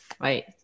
right